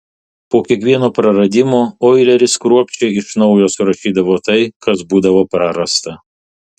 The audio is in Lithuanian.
po kiekvieno praradimo oileris kruopščiai iš naujo surašydavo tai kas būdavo prarasta